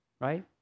right